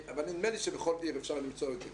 נדמה לי שבכל עיר אפשר למצוא את זה.